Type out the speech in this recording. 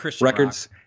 records